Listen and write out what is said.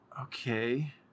Okay